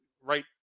right